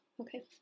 Okay